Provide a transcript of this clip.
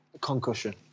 Concussion